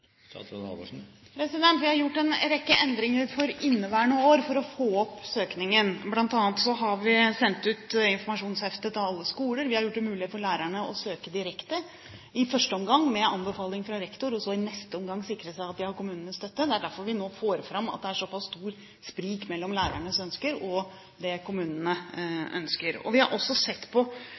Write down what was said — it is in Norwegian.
Vi har gjort en rekke endringer for inneværende år for å få opp søkningen, bl.a. har vi sendt ut informasjonshefte til alle skoler, vi har gjort det mulig for lærerne å søke direkte – i første omgang med anbefaling fra rektor, og så i neste omgang sikre seg at de har kommunenes støtte. Det er derfor vi nå får fram at det er såpass stort sprik mellom lærernes ønsker og det kommunene ønsker. Vi har også sett på